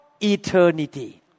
eternity